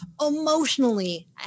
emotionally